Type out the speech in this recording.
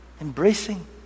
embracing